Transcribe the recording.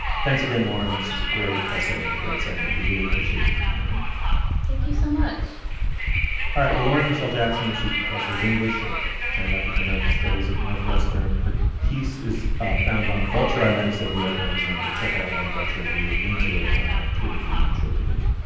thanks again, lauren. this is a great essay and a great segment. we really appreciate you coming on thank you so much all right. well, lauren michel jackson, she's professor of english and african-american studies at northwestern. her piece is ah found on vulture. i might have said new york magazine, but check it out on vulture and we will link to it on our twitter feed and show page.